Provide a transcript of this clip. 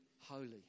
holy